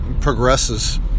progresses